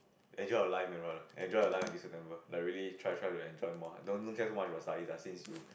enjoy your life man brother enjoy your life this December like really try try to enjoy more don't don't care so much about studies ah since you